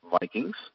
Vikings